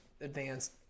advanced